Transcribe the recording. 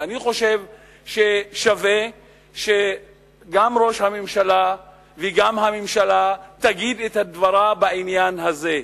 ואני חושב ששווה שגם ראש הממשלה וגם הממשלה יגידו את דברם בעניין הזה.